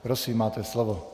Prosím, máte slovo.